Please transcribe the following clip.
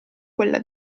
quella